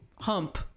hump